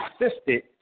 assisted